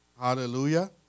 Hallelujah